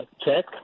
check